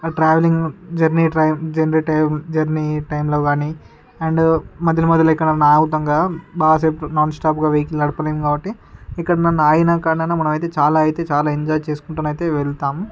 travelling journey time journey time journey టైంలో కాని and మధ్య మధ్యలో ఎక్కడన్న ఆగుతాం కదా బాగా సేఫ్ట్ నాన్ స్టాప్ అయితే వెహికల్ నడపలేము కాబట్టి ఎక్కడన్నా ఆగినాకైనా మనమైతే చాలా అయితే చాలా ఎంజాయ్ చేసుకుంటూ అయితే వెళ్తాం